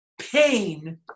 pain